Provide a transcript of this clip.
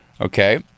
okay